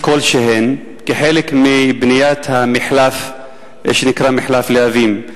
כלשהן כחלק מבניית המחלף שנקרא מחלף להבים?